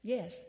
Yes